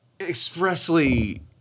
expressly